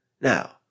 Now